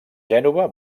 gènova